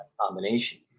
combination